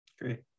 great